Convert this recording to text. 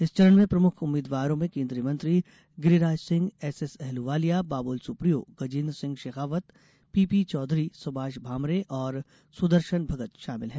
इस चरण में प्रमुख उम्मीद्वारों में केन्द्रीय मंत्री Giriraj Singh S S Ahluwalia Babul Supriyo Gajendra Singh Shekhawat P P Chaudhary Subhash Bhamre और सुदर्शन भगत शामिल हैं